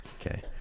okay